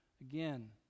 again